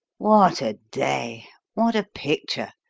what a day! what a picture!